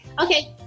Okay